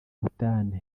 ubutane